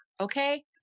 okay